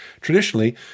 Traditionally